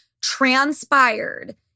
transpired